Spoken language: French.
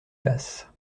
passe